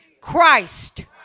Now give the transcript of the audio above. Christ